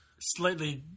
slightly